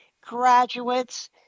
graduates